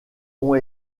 ont